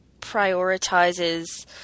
prioritizes